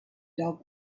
dog